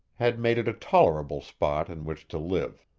had made it a tolerable spot in which to live.